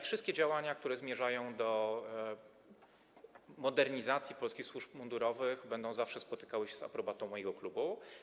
Wszystkie działania, które zmierzają do modernizacji polskich służb mundurowych, będą zawsze spotykały się z aprobatą mojego klubu.